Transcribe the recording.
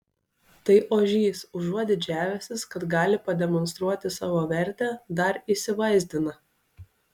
tai ožys užuot didžiavęsis kad gali pademonstruoti savo vertę dar įsivaizdina